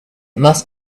must